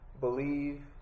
believe